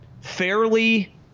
fairly –